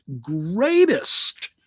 greatest